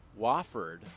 Wofford